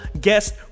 guest